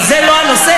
אבל זה לא הנושא,